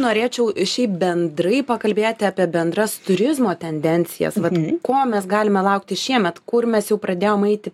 norėčiau šiaip bendrai pakalbėti apie bendras turizmo tendencijas vat ko mes galime laukti šiemet kur mes jau pradėjom eiti